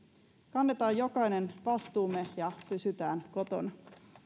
kannetaan jokainen vastuumme ja pysytään kotona